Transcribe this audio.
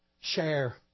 share